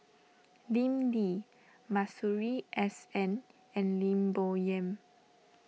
Lim Lee Masuri S N and Lim Bo Yam